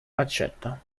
accetta